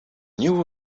new